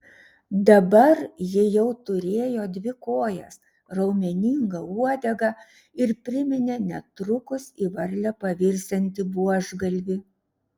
dabar ji jau turėjo dvi kojas raumeningą uodegą ir priminė netrukus į varlę pavirsiantį buožgalvį